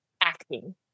acting